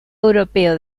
europeo